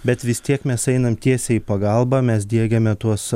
bet vis tiek mes einam tiesiai į pagalbą mes diegiame tuos